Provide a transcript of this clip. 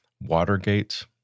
Watergate